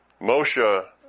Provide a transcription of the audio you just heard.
Moshe